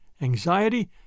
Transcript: anxiety